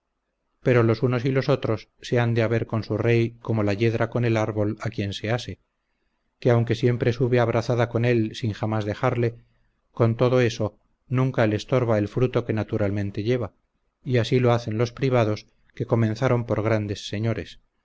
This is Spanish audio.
pero los unos y los otros se han de haber con su rey como la yedra con el árbol a quien se ase que aunque siempre sube abrazada con él sin jamás dejarle con todo eso nunca le estorba el fruto que naturalmente lleva y así lo hacen los privados que comenzaron por grandes señores